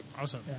Awesome